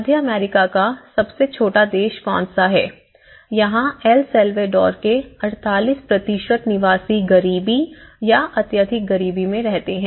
मध्य America का सबसे छोटा देश कौन सा है यहां एल साल्वाडोर के 48 निवासी गरीबी या अत्यधिक गरीबी में रहते है